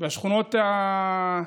בשכונות שבהן